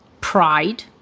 pride